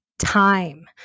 time